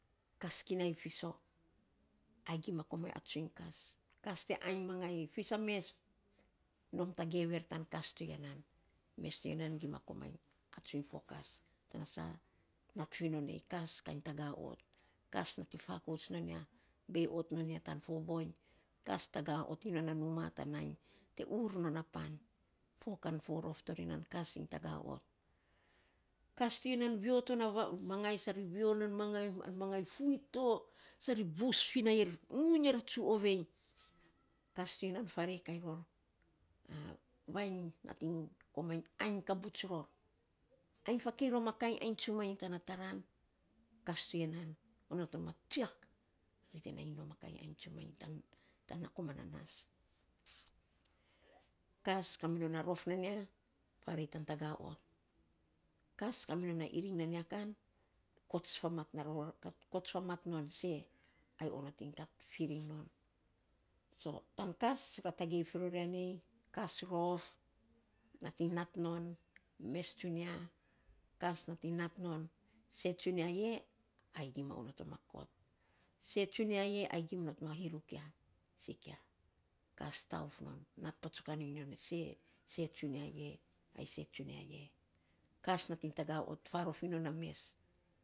Kas kinai fisok ai gima komainy atsuiny kas. Kas te ainy mangai, fis a mes, nom tagev er tan kas to ya nan. Mes ti ya nan gima komainy atsuiny fo kas tana sa, nat finon nei, kas kainy taga ot. Kas nating fakouts non ya bei ot non ya tan fo voiny kas taga ot iny non a numa, tan nainy te ur non a pan. Fo kan fo rof torinan kas iny taga ot. Kas to ya nan veo ton mangai sa ri veo nan mangai an mangai fuit to sa ri bus fi na er uiny ya ratsu ovei kas to ri nan kat farei kan ror vainy komainy ainy kabuts ror ainy fakei rom a kain ainy tsumanyi tana taran, kas to ya nan onot man ma tsiak, ai te nainy nom a kainy ainy tsumanyi yana komana nas. kas kaminon na rof nan ya farei tan taga ot. Kas ka minon a iriny nan ya kan kots fa mat non sei ai onot iny kat iriny non. So tan kas ra tagei fi ror ya nei, kas rof nating nat non, mes tsunia kas nating nat non sei tsunia e ai gima onot on ma kot. Sei tsunia e, ai gim not ma hirut ya sikia kas touf non nat patsukan iny non e se, se tsunia e, ai se tsunia e. Kas nating taga ot iny non a mes.